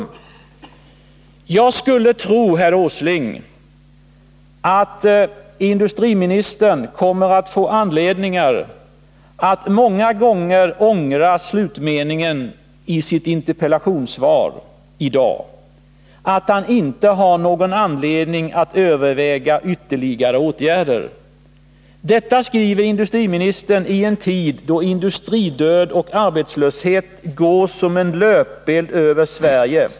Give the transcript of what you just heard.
Jag skulle tro, herr Åsling, att industriministern kommer att få anledning att många gånger ångra slutmeningen i dagens interpellationssvar, nämligen att han inte har någon anledning att överväga ytterligare åtgärder. Detta skriver industriministern i en tid då industridöd och arbetslöshet går som en löpeld över Sverige.